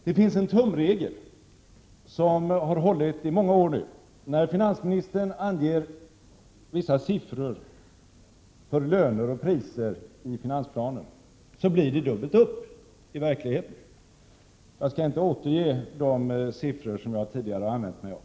Det finns en tumregel som har hållit i många år nu: När finansministern anger vissa siffror för löner och priser i finansplanen, så blir det dubbelt upp i verkligheten. Jag skall inte återge de siffror som jag tidigare använde mig av.